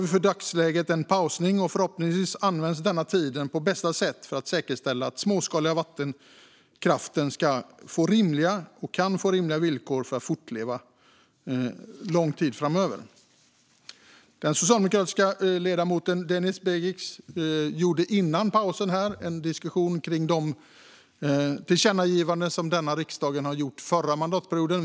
I dagsläget har vi pausat detta, och förhoppningsvis används tiden på bästa sätt för att säkerställa att den småskaliga vattenkraften kan få rimliga villkor för att fortleva under lång tid framöver. Den socialdemokratiska ledamoten Denis Begic förde före pausen här ett resonemang kring de tillkännagivanden som denna riksdag gjorde förra mandatperioden.